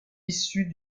issus